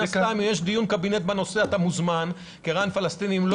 מן הסתם אם יש דיון קבינט בנושא אתה מוזמן כרע"ן פלסטינים,